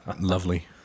lovely